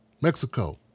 Mexico